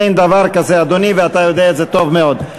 אין דבר כזה, אדוני, ואתה יודע את זה טוב מאוד.